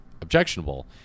objectionable